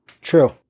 True